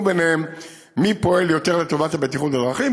ביניהם מי פועל יותר לטובת הבטיחות בדרכים,